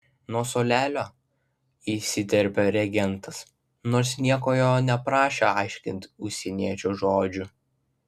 nuo suolelio įsiterpė regentas nors niekas jo neprašė aiškinti užsieniečio žodžių